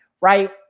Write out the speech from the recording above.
right